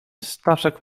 staszek